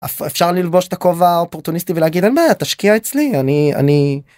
אפשר ללבוש את הכובע האופורטוניסטי ולהגיד, אין בעיה תשקיע אצלי, אני אני.